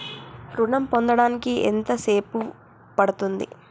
ఋణం పొందడానికి ఎంత సేపు పడ్తుంది?